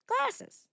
glasses